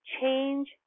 change